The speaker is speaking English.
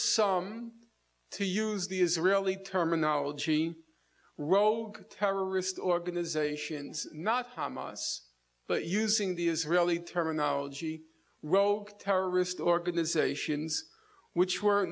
some to use the israeli terminology rogue terrorist organizations not hamas but using the israeli terminology roque terrorist organizations which were